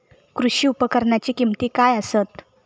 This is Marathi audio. कृषी उपकरणाची किमती काय आसत?